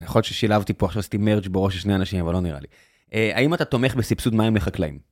יכול להיות ששילבתי פה, עכשיו עשיתי מרג' בראש של שני אנשים, אבל לא נראה לי. האם אתה תומך בסבסוד מים לחקלאים?